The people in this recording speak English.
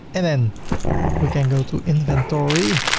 and then we can go to inventory.